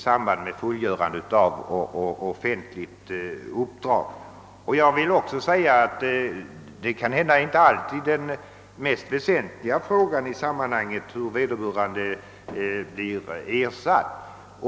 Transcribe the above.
Jag vill dock säga, att frågan om ersättningen kanske inte alltid är den mest väsentliga i sammanhanget.